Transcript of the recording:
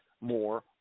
more